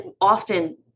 often